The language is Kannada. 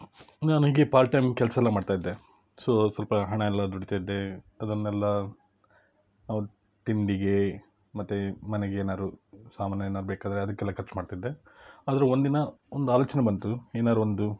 ನಾನು ಹೀಗೆ ಪಾರ್ಟ್ ಟೈಮ್ ಕೆಲಸ ಎಲ್ಲ ಮಾಡ್ತಾ ಇದ್ದೆ ಸೊ ಸ್ವಲ್ಪ ಹಣ ಎಲ್ಲ ದುಡಿತಾ ಇದ್ದೆ ಅದನ್ನೆಲ್ಲ ತಿಂಡಿಗೆ ಮತ್ತು ಮನೆಗೆ ಏನಾರು ಸಾಮಾನು ಏನಾರು ಬೇಕಾದರೆ ಅದಕ್ಕೆಲ್ಲ ಖರ್ಚು ಮಾಡ್ತಿದ್ದೆ ಆದರೆ ಒಂದು ದಿನ ಒಂದು ಆಲೋಚನೆ ಬಂತು ಏನಾರು ಒಂದು